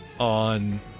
On